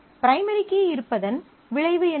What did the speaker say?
primary key இருப்பதன் விளைவு என்ன